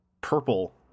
purple